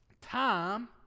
time